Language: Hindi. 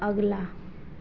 अगला